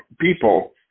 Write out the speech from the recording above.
people